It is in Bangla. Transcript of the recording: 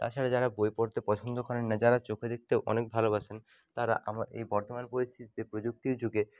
তাছাড়া যারা বই পড়তে পছন্দ করেন না যারা চোখে দেখতেও অনেক ভালোবাসেন তারা আবার এই বর্তমান পরিস্থিতিতে প্রযুক্তির যুগে